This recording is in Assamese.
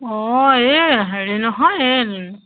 অঁ এই হেৰি নহয় এই